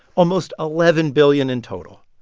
almost eleven billion in total.